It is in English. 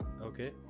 Okay